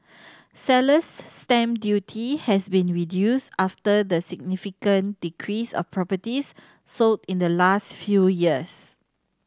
seller's stamp duty has been reduced after the significant decrease of properties sold in the last few years